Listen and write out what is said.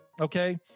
Okay